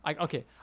okay